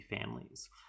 families